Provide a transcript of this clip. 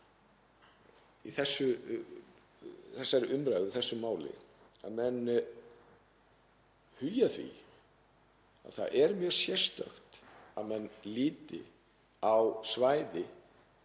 þessari umræðu, í þessu máli, að menn hugi að því að það er mjög sérstakt að menn líti á svæði